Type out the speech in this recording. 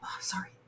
sorry